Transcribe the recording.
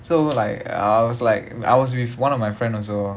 so like I was like I was with one of my friend also